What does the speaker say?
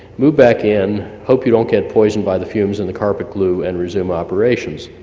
move back in, hope you don't get poisoned by the fumes in the carpet glue and resume operations.